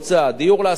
דיור להשכרה,